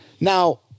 now